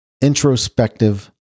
introspective